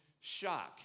shock